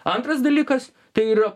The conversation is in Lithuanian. antras dalykas tai yra